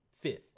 fifth